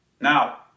Now